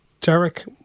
Derek